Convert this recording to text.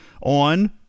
on